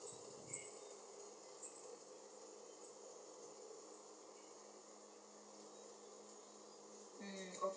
mm okay